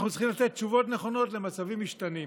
אנחנו צריכים לתת תשובות נכונות למצבים משתנים.